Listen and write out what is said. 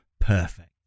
perfect